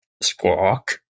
Squawk